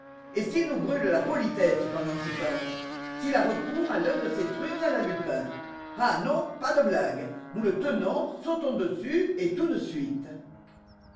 et s'il nous brûle la politesse pendant ce temps s'il a recours à l'un de ses trucs à la lupin ah non pas de blagues nous le tenons sautons dessus et tout de suite